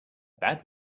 bad